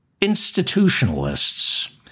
institutionalists